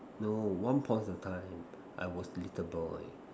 no once upon the time I was little boy